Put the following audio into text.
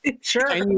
Sure